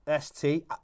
ST